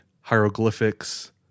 hieroglyphics